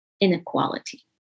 inequality